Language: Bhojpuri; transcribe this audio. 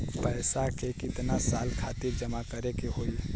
पैसा के कितना साल खातिर जमा करे के होइ?